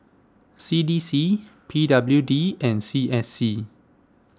C D C P W D and C S C